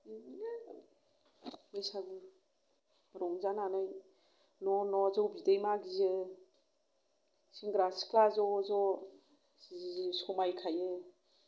बिदिनो बैसागु रंजानानै न' न' जौ बिदै मागियो सोग्रा सिख्ला ज' ज' जि समायखायो